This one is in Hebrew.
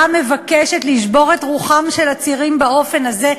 מבקשת לשבור את רוחם של עצירים באופן הזה,